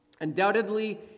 Undoubtedly